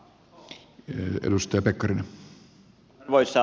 arvoisa puhemies